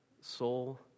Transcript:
soul